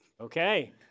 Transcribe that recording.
Okay